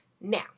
Now